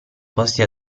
posti